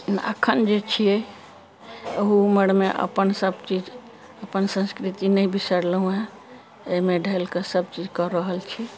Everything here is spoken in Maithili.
एखन जे छियै अहु उमरमे अपन सभचीज अपन संस्कृति नहि बिसरलहुँ हेँ उएह एहिमे ढलि कऽ सभचीज कऽ रहल छी